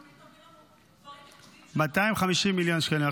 אתה תמיד תביא לנו דברים ייחודיים --- 250 מיליון שקלים.